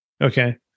Okay